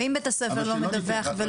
ואם בית-הספר לא מדווח?